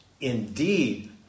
indeed